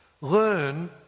learn